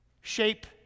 Shape